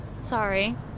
Sorry